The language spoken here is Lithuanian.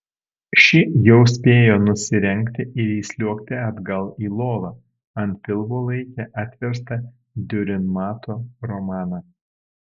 ši jau spėjo nusirengti ir įsliuogti atgal į lovą ant pilvo laikė atverstą diurenmato romaną